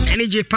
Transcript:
Energy